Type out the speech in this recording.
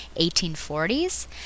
1840s